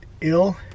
ill